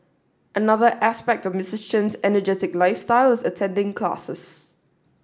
another aspect of Mister Chen's energetic lifestyle is attending classes